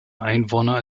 einwohner